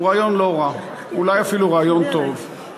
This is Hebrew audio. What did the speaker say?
הוא רעיון לא רע, אולי אפילו רעיון טוב.